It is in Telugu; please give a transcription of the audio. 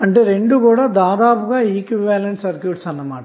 కనుక రెండు దాదాపుగా సమానమే అన్నమాట